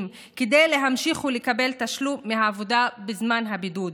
כדי להמשיך לקבל תשלום מהעבודה בזמן הבידוד,